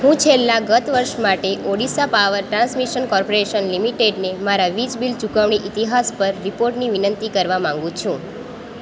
હું છેલ્લા ગત વર્ષ માટે ઓડિશા પાવર ટ્રાન્સમિશન કોર્પોરેશન લિમિટેડને મારા વીજ બિલ ચુકવણી ઈતિહાસ પર રિપોર્ટની વિનંતી કરવા માંગુ છું